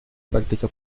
práctica